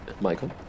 Michael